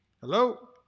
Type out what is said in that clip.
Hello